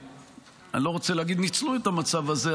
שאני לא רוצה להגיד שניצלו את המצב הזה,